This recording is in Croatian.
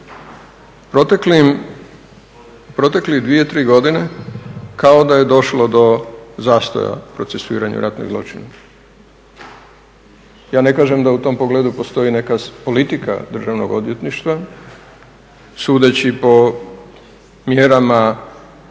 Protekle 2-3 godine kao da je došlo do zastoja procesuiranja ratnih zločina. Ja ne kažem da u tom pogledu postoji neka politika Državnog odvjetništva, sudeći po mjerama